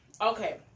Okay